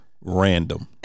Random